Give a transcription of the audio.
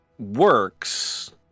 Works